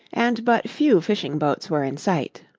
and but few fishing-boats were in sight.